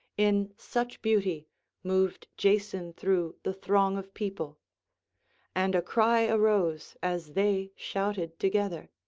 in such beauty moved jason through the throng of people and a cry arose as they shouted together.